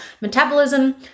metabolism